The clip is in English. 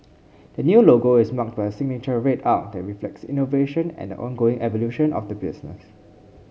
the new logo is marked by a signature red arc that reflects innovation and the ongoing evolution of the business